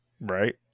Right